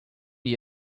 you